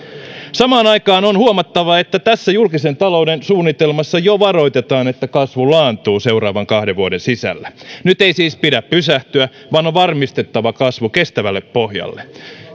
samaan aikaan on huomattava että tässä julkisen talouden suunnitelmassa jo varoitetaan että kasvu laantuu seuraavan kahden vuoden sisällä nyt ei siis pidä pysähtyä vaan on varmistettava kasvu kestävälle pohjalle